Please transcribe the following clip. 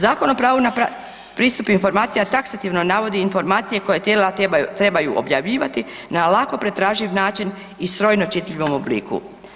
Zakon o pravu na pristup informacijama taksativno navodi informacije koje tijela trebaju objavljivati na lako pretraživ način i u strojno čitljivom obliku.